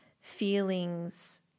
feelings